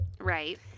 Right